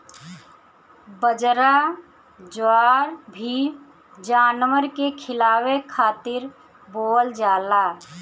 बजरा, जवार भी जानवर के खियावे खातिर बोअल जाला